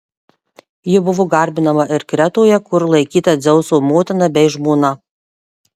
ji buvo garbinama ir kretoje kur laikyta dzeuso motina bei žmona